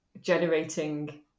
generating